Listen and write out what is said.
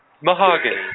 mahogany